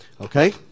Okay